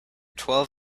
twelve